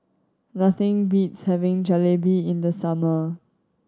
nothing beats having Jalebi in the summer